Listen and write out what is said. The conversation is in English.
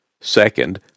Second